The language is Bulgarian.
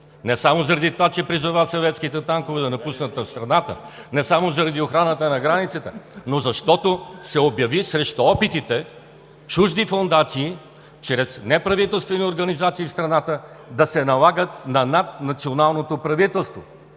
не само заради това че призова съветските танкове да напуснат страната, не само заради охраната на границата, но защото се обяви срещу опитите чужди фондации, чрез неправителствени организации в страната, да се налагат на наднационалното правителство.